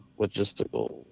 logistical